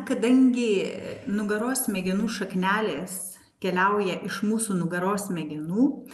kadangi nugaros smegenų šaknelės keliauja iš mūsų nugaros smegenų